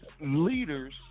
leaders